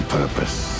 purpose